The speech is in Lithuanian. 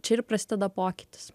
čia ir prasideda pokytis